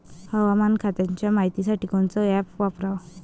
हवामान खात्याच्या मायतीसाठी कोनचं ॲप वापराव?